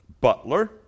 Butler